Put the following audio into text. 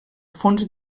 fons